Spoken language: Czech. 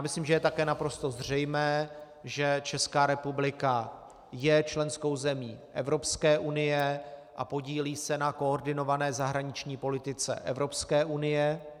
Myslím, že je také naprosto zřejmé, že Česká republika je členskou zemí Evropské unie a podílí se na koordinované zahraniční politice Evropské unie.